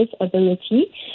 ability